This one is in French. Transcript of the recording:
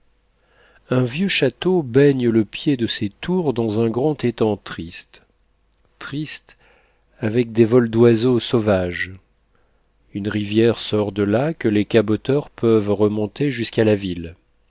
un vieux château baigne le pied de ses tours dans un grand étang triste triste avec des vols d'oiseaux sauvages une rivière sort de là que les caboteurs peuvent remonter jusqu'à la ville